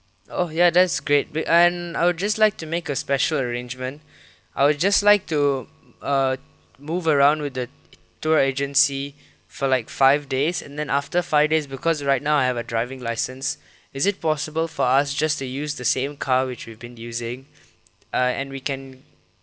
oh ya that's great bi~ and I would just like to make a special arrangement I would just like to err move around with the tour agency for like five days and then after five days because right now I have a driving license is it possible for us just to use the same car which we've been using uh and we can